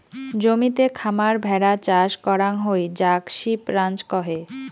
জমিতে খামার ভেড়া চাষ করাং হই যাক সিপ রাঞ্চ কহে